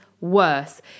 worse